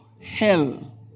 hell